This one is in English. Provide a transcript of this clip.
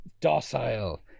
docile